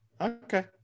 Okay